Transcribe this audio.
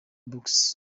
books